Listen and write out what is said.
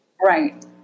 Right